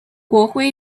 国徽